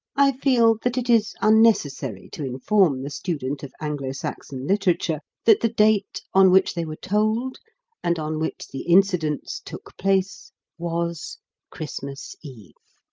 i feel that it is unnecessary to inform the student of anglo-saxon literature that the date on which they were told and on which the incidents took place was christmas eve.